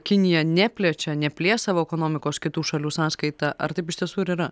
kinija neplečia neplės savo ekonomikos kitų šalių sąskaita ar taip iš tiesų ir yra